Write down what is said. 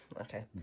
Okay